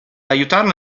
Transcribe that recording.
aiutarla